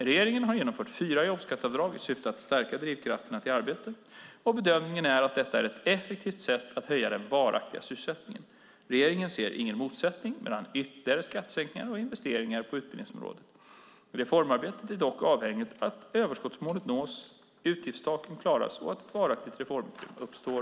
Regeringen har genomfört fyra jobbskatteavdrag i syfte att stärka drivkrafterna till arbete och bedömningen är att detta är ett effektivt sätt att höja den varaktiga sysselsättningen. Regeringen ser ingen motsättning mellan ytterligare skattesänkningar och investeringar på utbildningsområdet. Reformarbetet är dock avhängigt av att överskottsmålet nås, utgiftstaken klaras och att ett varaktigt reformutrymme uppstår.